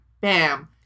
bam